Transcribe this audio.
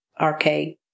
arcade